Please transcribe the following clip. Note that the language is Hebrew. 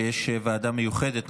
שיש ועדה מיוחדת,